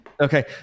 Okay